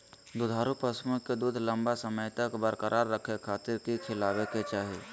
दुधारू पशुओं के दूध लंबा समय तक बरकरार रखे खातिर की खिलावे के चाही?